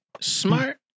smart